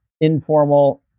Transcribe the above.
informal